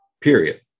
period